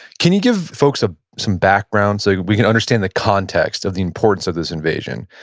can you give folks ah some background so we can understand the context of the importance of this invasion?